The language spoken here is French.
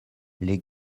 les